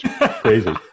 crazy